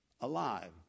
alive